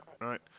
right